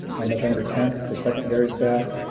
on november tenth, for secondary staff.